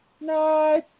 Nice